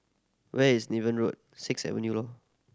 where is Niven Road six seven